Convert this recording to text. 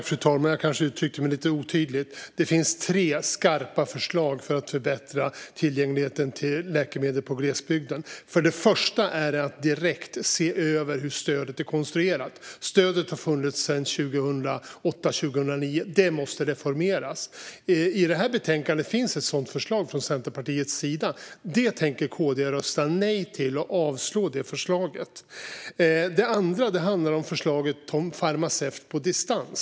Fru talman! Jag kanske uttryckte mig lite otydligt. Det finns tre skarpa förslag för att förbättra tillgängligheten till läkemedel i glesbygden. Det första handlar om att direkt se över hur stödet är konstruerat. Stödet har funnits sedan 2008/2009 och måste reformeras. I betänkandet finns ett sådant förslag från Centerpartiets sida. Det tänker KD rösta nej till och avslå. Det andra handlar om förslaget om farmaceut på distans.